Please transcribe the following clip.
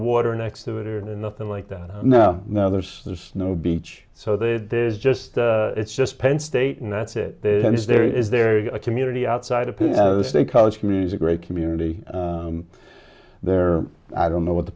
water next to it or nothing like that no no there's there's no beach so they there's just it's just penn state and that's it is there is there is a community outside of a college community is a great community there i don't know what the